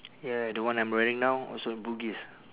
ya the one I'm wearing now also at bugis